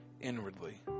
inwardly